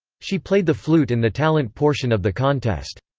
she played the flute in the talent portion of the contest.